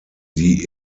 die